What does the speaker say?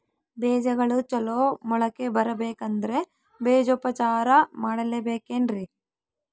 ಬೇಜಗಳು ಚಲೋ ಮೊಳಕೆ ಬರಬೇಕಂದ್ರೆ ಬೇಜೋಪಚಾರ ಮಾಡಲೆಬೇಕೆನ್ರಿ?